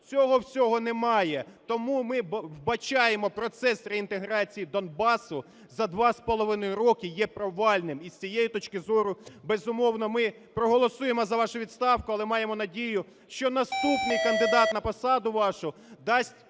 Цього всього немає. Тому, ми вбачаємо, процес реінтеграції Донбасу за 2,5 роки є провальним. І з цієї точки зору, безумовно, ми проголосуємо за вашу відставку, але маємо надію, що наступний кандидат на посаду вашу дасть